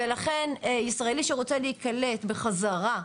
ולכן ישראלי שרוצה להיקלט בחזרה,